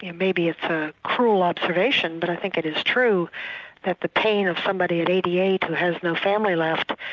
yeah maybe it's a cruel observation but i think it is true that the pain of somebody at eighty eight who has no family left,